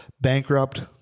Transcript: bankrupt